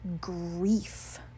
grief